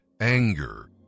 anger